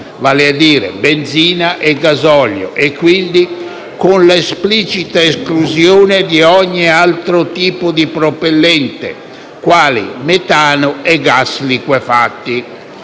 vale a dire benzina e gasolio, e quindi con l'esplicita esclusione di ogni altro tipo di propellente, quali metano e gas liquefatti.